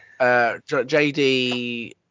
JD